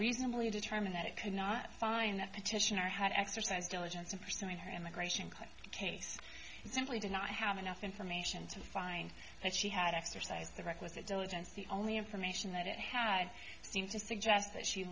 reasonably determined that it could not find the petitioner had exercised diligence in pursuing her immigration case and simply did not have enough information to find that she had exercised the requisite diligence the only information that it had seems to suggest that she